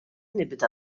nibda